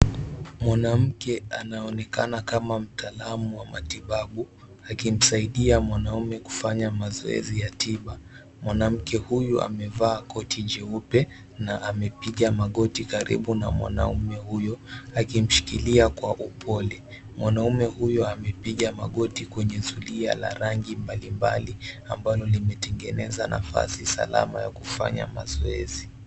Mwanamke anaonekana kama mtaalamu wa matibabu, akimsaidia mwanamme kufanya mazoezi ya tiba. Mwanamke amevaa koti jeupe na amepiga magoti karibu na mwanamme huyo, akimshikilia kwa upole. Mwanamme huyo amepiga magoti kwenye zulia la rangi mbali mbali ambalo limetengeneza nafasi salama ya kufanya mazoezi.